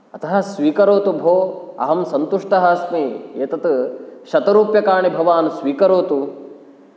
अतः स्वीकरोतु भोः अहं सन्तुष्टः अस्मि एतत् शतरुप्यकाणि भवान् स्वीकरोतु